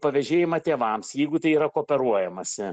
pavėžėjimą tėvams jeigu tai yra kooperuojamasi